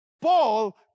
Paul